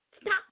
Stop